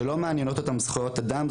שלא מעניינות אותם זכויות אדם,